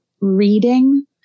reading